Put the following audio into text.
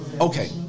Okay